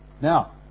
Now